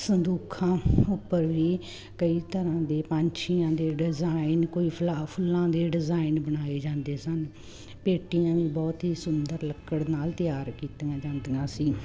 ਸੰਦੂਖਾਂ ਉੱਪਰ ਵੀ ਕਈ ਤਰਹਾਂ ਦੇ ਪੰਛੀਆਂ ਦੇ ਡਿਜ਼ਾਇਨ ਕੋਈ ਫਲਾ ਫੁੱਲਾਂ ਦੇ ਡਿਜ਼ਾਇਨ ਬਣਾਏ ਜਾਂਦੇ ਸਨ ਪੇਟੀਆਂ ਵੀ ਬਹੁਤ ਹੀ ਸੁੰਦਰ ਲੱਕੜ ਨਾਲ ਤਿਆਰ ਕੀਤੀਆਂ ਜਾਂਦੀਆਂ ਸੀ